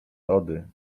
lody